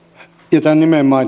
jätän nimen